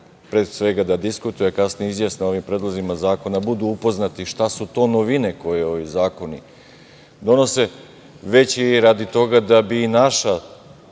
pre svega da diskutuju, a kasnije izjasne o ovim predlozima zakona, budu upoznati šta su to novine koje ovi zakoni donose, već i radi toga da bi naša